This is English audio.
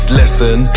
lesson